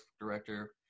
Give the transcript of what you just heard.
director